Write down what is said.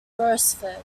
beresford